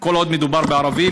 כל עוד מדובר בערבים?